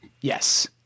Yes